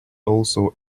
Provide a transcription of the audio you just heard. also